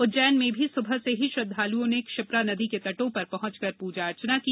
उज्जैन में भी सुबह से ही श्रद्वालुओं ने क्षिप्रा नदी के तटों पर पहुंचकर पूजा अर्चना की